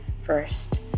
first